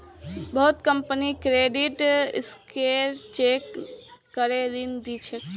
बहुत company credit score check करे ऋण दी छेक